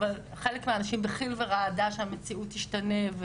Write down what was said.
אבל חלק מהאנשים בחיל ורעדה שהמציאות תשתנה,